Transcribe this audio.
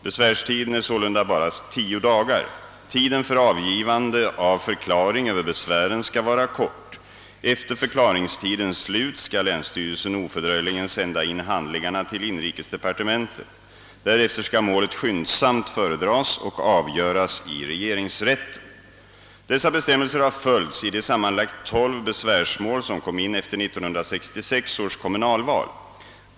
Besvärstiden är sålunda bara tio dagar. Tiden för avgivande av förklaring över besvären skall vara kort. Efter förklaringstidens slut skall länsstyrelsen ofördröjligen sända in handlingarna till inrikesdepartementet. Därefter skall målet skyndsamt föredras och avgöras i regeringsrätten. Dessa bestämmelser har följts i de sammanlagt tolv besvärsmål som kom in efter 1966 års kommunalval.